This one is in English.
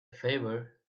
favor